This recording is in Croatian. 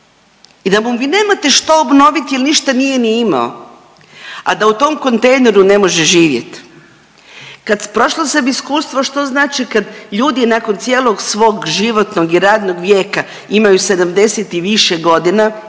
i da mu vi nemate što obnoviti jer ništa nije ni imao, a da u tom kontejneru ne može živjet. Kad, prošla sam iskustvo što znači kad ljudi nakon cijelog svog životnog i radnog vijeka imaju 70 i više godina,